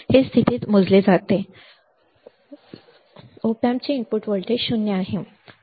हे स्थितीत मोजले जाते op amp चे इनपुट व्होल्टेज 0 आहे बरोबर